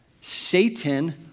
Satan